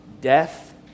death